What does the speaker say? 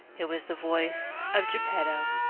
it was the voice of geppetto.